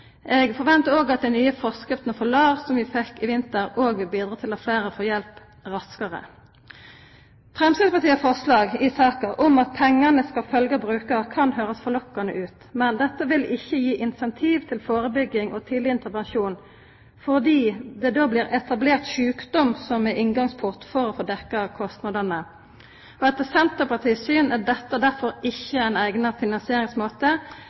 Jeg forventer også at de nye forskriftene for LAR, som vi fikk i vinter, vil bidra til at flere får hjelp raskere. Fremskrittspartiets forslag om at pengene skal følge bruker, kan høres forlokkende ut. Men dette vil ikke gi incentiver til forebygging og tidlig intervensjon, fordi det da blir etablert sykdom som en inngangsport for å få dekket kostnadene. Etter Senterpartiets syn er dette derfor ikke en egnet finansieringsmåte